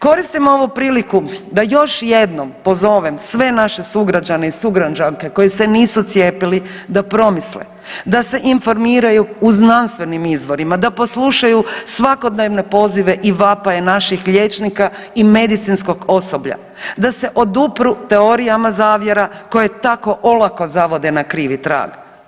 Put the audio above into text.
Koristim ovu priliku da još jednom pozovem sve naše sugrađane i sugrađanke koji se nisu cijepili da promisle, da se informiraju u znanstvenim izvorima, da poslušaju svakodnevne pozive i vapaje naših liječnika i medicinskog osoblja, da se odupru teorijama zavjera koje tako olako zavode na krivi trag.